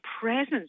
presence